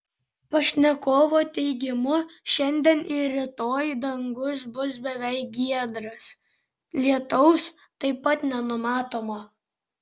pašnekovo teigimu šiandien ir rytoj dangus bus beveik giedras lietaus taip pat nenumatoma